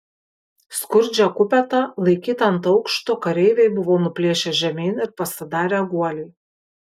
skurdžią kupetą laikytą ant aukšto kareiviai buvo nuplėšę žemyn ir pasidarę guolį